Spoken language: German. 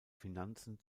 finanzen